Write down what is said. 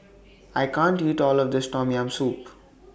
I can't eat All of This Tom Yam Soup